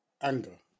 anger